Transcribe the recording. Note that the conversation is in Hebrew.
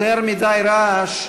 יותר מדי רעש,